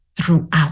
throughout